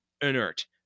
inert